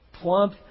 Plump